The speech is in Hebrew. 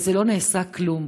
ולא נעשה כלום.